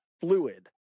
fluid